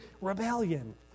rebellion